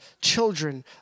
children